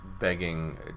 begging